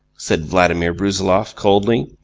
said vladimir brusiloff, coldly.